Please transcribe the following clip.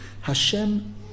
Hashem